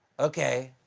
okay.